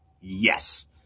Yes